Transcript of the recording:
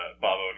Bob